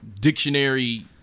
dictionary